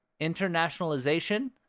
internationalization